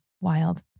Wild